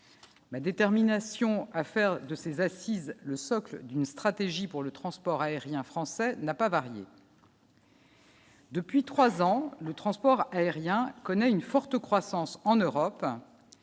ma détermination à faire de ces assises, le socle d'une stratégie pour le transport aérien français n'a pas varié. Depuis 3 ans, le transport aérien connaît une forte croissance en Europe,